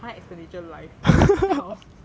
high expenditure lifestyle